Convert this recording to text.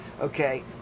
okay